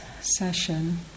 session